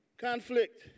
Conflict